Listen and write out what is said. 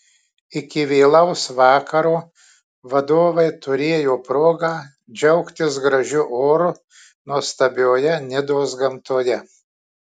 iki vėlaus vakaro vadovai turėjo progą džiaugtis gražiu oru nuostabioje nidos gamtoje